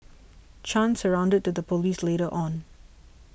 Chan surrendered to the police later on